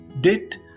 date